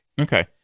Okay